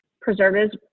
preservatives